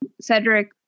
Cedric